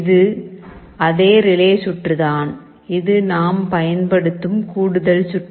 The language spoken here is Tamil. இது அதே ரிலே சுற்று தான் இது நாம் பயன்படுத்தும் கூடுதல் சுற்று